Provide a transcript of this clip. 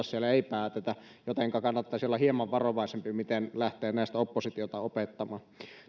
siellä ei päätetä jotenka kannattaisi olla hieman varovaisempi siinä miten lähtee näistä oppositiota opettamaan